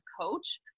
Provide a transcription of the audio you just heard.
coach